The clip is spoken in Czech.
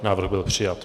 Návrh byl přijat.